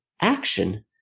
action